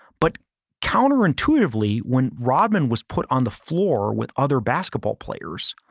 but counterintuitively, when rodman was put on the floor with other basketball players,